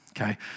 okay